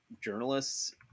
journalists